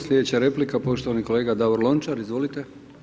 Slijedeća replika poštovani kolega Davor Lončar, izvolite.